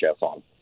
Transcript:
on